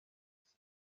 his